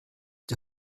die